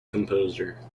composer